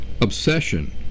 Obsession